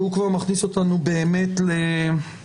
שהוא כבר מכניס אותנו באמת --- לקרביים.